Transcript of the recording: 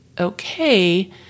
okay